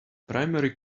primary